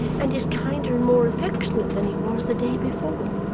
and is kinder and more affectionate than he was the day before.